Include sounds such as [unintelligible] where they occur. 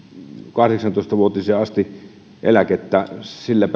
kahdeksantoista vuotiaaksi asti eläkettä sillä [unintelligible]